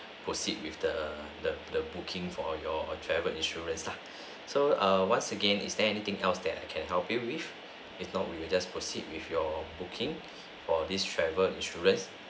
proceed with the the the booking for your travel insurance lah so err once again is there anything else that I can help you with if not we will just proceed with your booking for this travel insurance